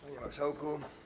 Panie Marszałku!